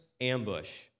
ambush